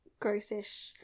grossish